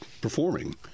performing